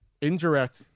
indirect